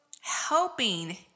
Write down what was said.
helping